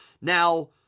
Now